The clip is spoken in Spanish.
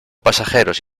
pasajeros